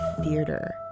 theater